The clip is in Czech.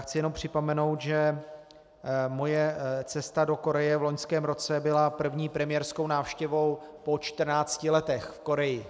Chci jen připomenout, že moje cesta do Koreje v loňském roce byla první premiérskou návštěvou po čtrnácti letech v Koreji.